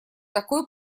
такой